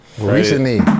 recently